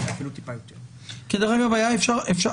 אני רוצה לפתוח דווקא בהנחיית פרקליט המדינה שעוסקת